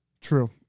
True